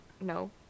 No